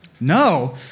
No